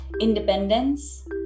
independence